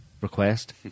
request